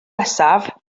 nesaf